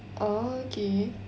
oh okay